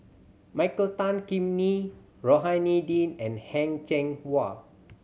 Michael Tan Kim Nei Rohani Din and Heng Cheng Hwa